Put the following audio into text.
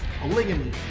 Polygamy